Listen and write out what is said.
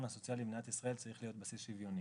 הסוציאלי במדינת ישראל צריך להיות שוויוני,